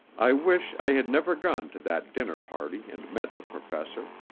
i wish i had never gone to that dinnerparty and met the professor.